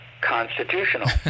constitutional